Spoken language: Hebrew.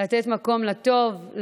לתת מקום לטוב,